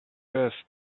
best